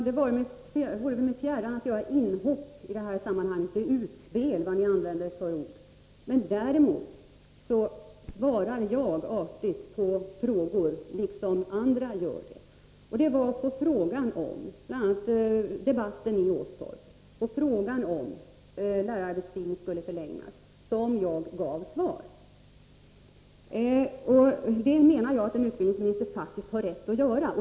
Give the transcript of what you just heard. Herr talman! Det vare mig fjärran att i det här sammanhanget göra inhopp, utspel och vad ni nu använder för ord. Däremot svarar jag, liksom andra, artigt på frågor. Det var på frågan —bl.a. med anledning av debatten i Åstorp — om lärararbetstiden skulle förlängas som jag gav svar. Det menar jag att en utbildningsminister faktiskt har rätt att göra.